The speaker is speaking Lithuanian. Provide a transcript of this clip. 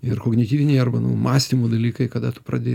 ir kognityviniai arba nu mąstymų dalykai kada tu pradėti